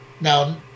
Now